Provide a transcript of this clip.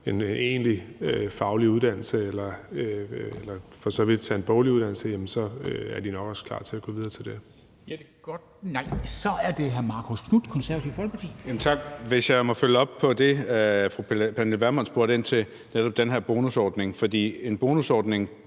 en egentlig faglig uddannelse eller for så vidt tage en boglig uddannelse, så nok også er klar til at gå videre til det.